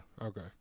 okay